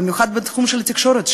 במיוחד בתחום של התקשורת,